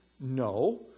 No